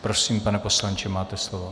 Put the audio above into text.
Prosím, pane poslanče, máte slovo.